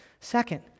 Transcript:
Second